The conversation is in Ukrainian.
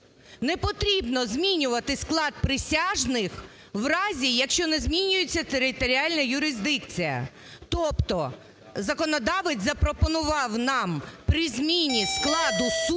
непотрібно змінювати склад присяжних в разі, якщо не змінюється територіальна юрисдикція. Тобто законодавець запропонував нам при зміні складу суду